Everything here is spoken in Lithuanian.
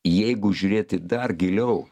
jeigu žiūrėti dar giliau